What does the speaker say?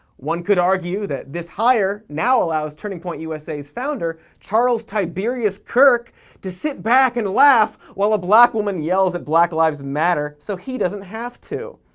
one could argue that this hire now allows turning point usa's founder charles tiberius kirk to sit back and laugh while a black woman yells at black lives matter so he doesn't have to.